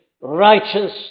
righteous